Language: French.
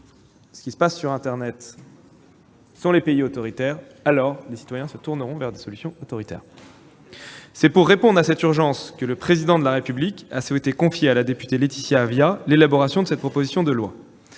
ce qui se passe sur internet sont des pays autoritaires, alors les citoyens se tourneront vers des solutions autoritaires ! Raisonnement intéressant ! C'est pour répondre à cette urgence que le Président de la République a souhaité confier à la députée Laetitia Avia l'élaboration de cette proposition de loi